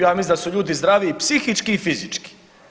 Ja mislim da su ljudi zdraviji psihički i fizički.